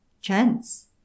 Chance